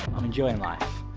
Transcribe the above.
i'm enjoying life.